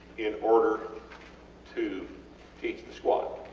in order to teach the squat.